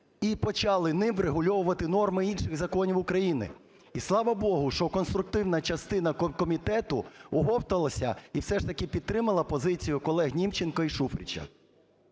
і почали ним врегульовувати норми інших законів України. І слава Богу, що конструктивна частина комітету оговталася і все ж таки підтримала позицію колег Німченка і Шуфрича.